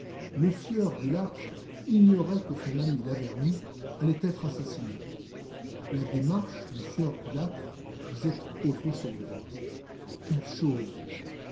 le sieur dulâtre ignorait que son ami lavernoux allait être assassiné la démarche du sieur dulâtre visait autre chose quelle chose